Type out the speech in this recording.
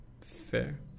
fair